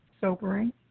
sobering